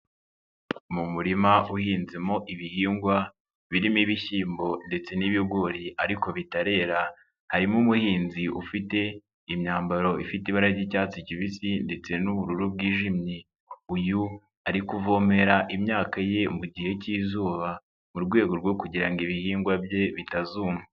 Mu murima uhinzemo ibihingwa, birimo ibishyimbo ndetse n'ibigori ariko bitarera, harimo umuhinzi ufite imyambaro ifite ibara ry'icyatsi kibisi ndetse n'ubururu bwijimye, uyu ari kuvomera imyaka ye mu gihe cy'izuba, murwego rwo kugira ibihingwa bye bitazuma.